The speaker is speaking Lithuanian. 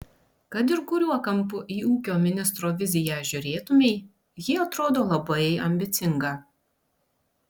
kad ir kuriuo kampu į ūkio ministro viziją žiūrėtumei ji atrodo labai ambicinga